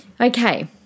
Okay